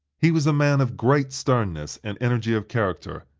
he was a man of great sternness and energy of character,